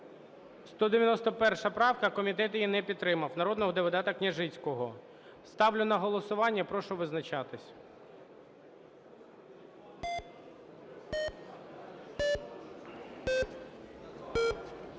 191-а правка, комітет її не підтримав, народного депутата Княжицького. Ставлю на голосування і прошу визначатись.